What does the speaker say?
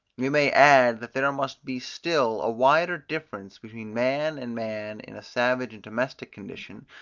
we may add, that there must be still a wider difference between man and man in a savage and domestic condition,